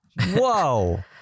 Whoa